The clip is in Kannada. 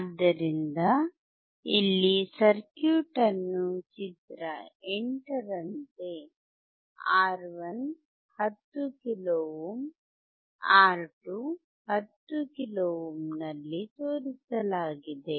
ಆದ್ದರಿಂದ ಇಲ್ಲಿ ಸರ್ಕ್ಯೂಟ್ ಅನ್ನು ಚಿತ್ರ 8 ರಂತೆ R1 10 kilo ohm R2 10 kilo ಓಮ್ನಲ್ಲಿ ತೋರಿಸಲಾಗಿದೆ